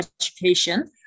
education